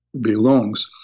belongs